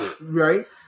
right